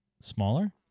smaller